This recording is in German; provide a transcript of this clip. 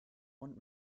und